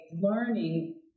learning